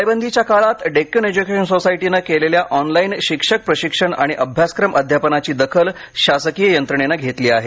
टाळेबंदीच्या काळात डेक्कन एज्युकेशन सोसायटीने केलेल्या ऑनलाईन शिक्षक प्रशिक्षण आणि अभ्यासक्रम अध्यापनाची दखल शासकीय यंत्रणेनं घेतली आहे